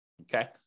Okay